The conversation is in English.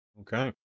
Okay